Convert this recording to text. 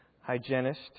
hygienist